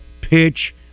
Pitch